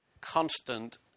constant